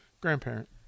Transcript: Grandparent